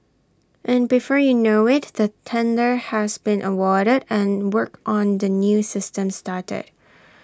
and before you know IT the tender has been awarded and work on the new system started